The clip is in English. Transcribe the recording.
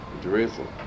Jerusalem